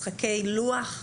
משחקי לוח?